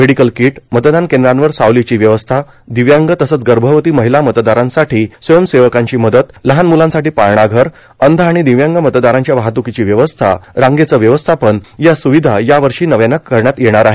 मेर्डिकल kit मतदान कद्रांवर सावलोंची व्यवस्था र्दिव्यांग तसंच गभवती र्माहला मतदारांसाठां स्वयंसेवकांची मदत लहान मुलांसाठी पाळणाघर अंध आण दिव्यांग मतदारांच्या वाहतुकांची व्यवस्था रांगेचं व्यवस्थापन या स्रावधा यावर्षा नव्यानं करण्यात येणार आहेत